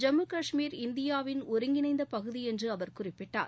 ஜம்மு காஷ்மீர் இந்தியாவின் ஒருங்கிணைந்த பகுதி என்று அவர் குறிப்பிட்டார்